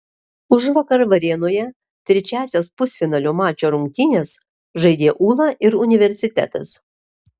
užvakar varėnoje trečiąsias pusfinalinio mačo rungtynes žaidė ūla ir universitetas